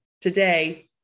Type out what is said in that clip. today